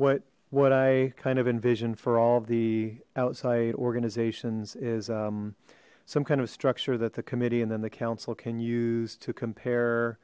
what what i kind of envisioned for all the outside organizations is some kind of structure that the committee and then the council can use to compare